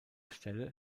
stelle